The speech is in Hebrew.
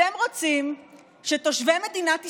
אתם רוצים שתושבי מדינת ישראל,